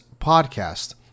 podcast